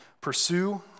pursue